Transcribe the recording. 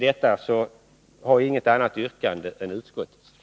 Jag har inget annat yrkande än bifall till utskottets hemställan.